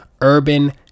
Urban